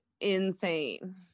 insane